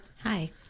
Hi